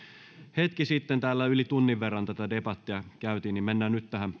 hetki sitten täällä yli tunnin verran tätä debattia käytiin niin mennään nyt tähän